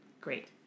Great